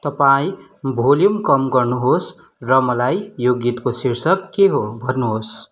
तपाईँ भोल्युम कम गर्नुहोस र मलाई यो गीतको शीर्षक के हो भन्नुहोस्